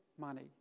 money